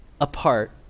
apart